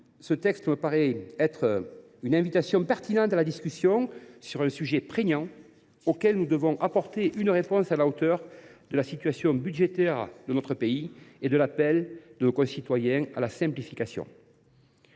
ce texte me paraît une invitation pertinente à la discussion sur un sujet prégnant. Nous devons apporter une réponse à la hauteur de la situation budgétaire de notre pays et digne de l’appel de nos concitoyens à la simplification.